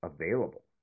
available